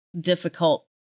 difficult